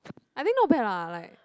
I think not bad lah like